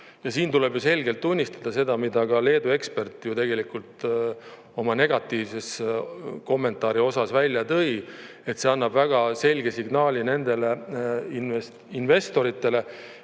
siin tuleb selgelt tunnistada seda, mida ka Leedu ekspert tegelikult oma negatiivses kommentaari osas välja tõi, et see annab väga selge signaali nendele investoritele,